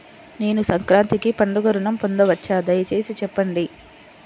నేను సంక్రాంతికి పండుగ ఋణం పొందవచ్చా? దయచేసి చెప్పండి?